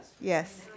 yes